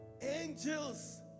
angels